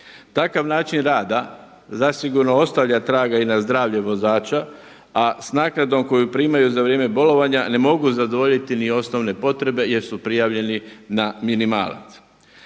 Takav način rada zasigurno ostavlja traga i na zdravlje vozača a s naknadom koju primaju za vrijeme bolovanja ne mogu zadovoljiti ni osnovne potrebe jer su prijavljeni na minimalac.